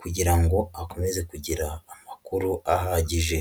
kugira ngo akomeze kugira amakuru ahagije.